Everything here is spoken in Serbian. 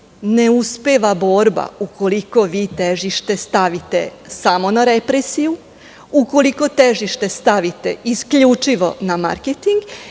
ne uspeva borba ukoliko vi težište stavite samo na represiju, ukoliko težište stavite isključivo na marketing